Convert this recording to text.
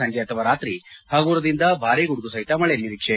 ಸಂಜೆ ಅಥವಾ ರಾತ್ರಿ ಪಗುರದಿಂದ ಭಾರಿ ಗುಡುಗು ಸಹಿತ ಮಳೆ ನಿರೀಕ್ಷೆ